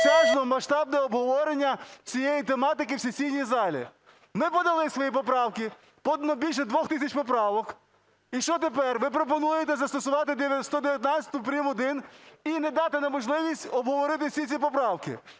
масштабне обговорення цієї тематики в сесійній залі. Ми подали свої поправки, більше 2 тисяч поправок. І що тепер? Ви пропонуєте застосувати 119-у прим. 1 і не дати нам можливість обговорити всі ці поправки.